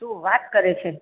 શું વાત કરે છે